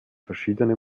verschiedene